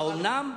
האומנם?